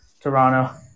Toronto